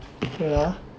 okay ah